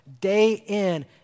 day-in